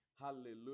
Hallelujah